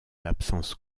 l’absence